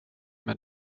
mig